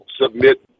submit